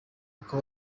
uko